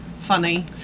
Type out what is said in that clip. funny